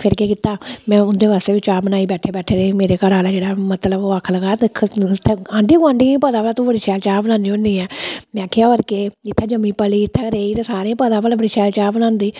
फिर केह् कीता में उं'दे वास्ते बी चाह बनाई बैठे बैठे दे मेरे घर आह्ला जेह्ड़ा मतलब ओह् आखन लगा दिक्ख इत्थै आंढी गुआंढियें गी बी पता ऐ भाई तू बड़ी शैल चाह् बनानी होन्नी ऐं में आखेआ होर केह् जित्थै जम्मी पली इत्थै गै रेही ते सारें गी पता ऐ भला बड़ी शैल चाह् बनांदी